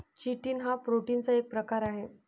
chitin हा प्रोटीनचा एक प्रकार आहे